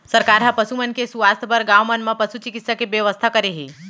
सरकार ह पसु मन के सुवास्थ बर गॉंव मन म पसु चिकित्सा के बेवस्था करे हे